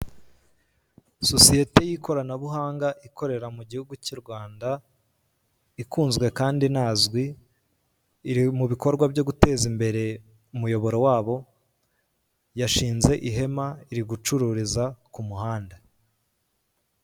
Sosiyete y'ikoranabuhanga ikorera mu gihugu cy' u Rwanda ikunzwe kandi inazwe iri mu bikorwa byo guteza imbere umuyoboro wabo yashinze ihema iri gucururiza ku muhanda .